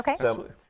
Okay